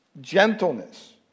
Gentleness